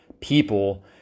people